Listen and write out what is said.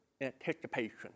anticipation